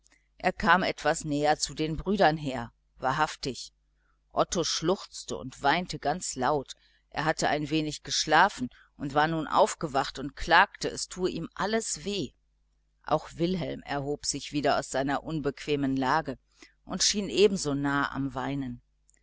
er kam näher zu den brüdern her wahrhaftig otto schluchzte und weinte ganz laut er hatte ein wenig geschlafen und war nun aufgewacht und klagte es tue ihm alles weh auch wilhelm erhob sich wieder aus seiner unbequemen lage und schien ebenso nahe am weinen